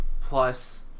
Plus